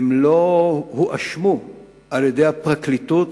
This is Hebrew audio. הן לא הואשמו על-ידי הפרקליטות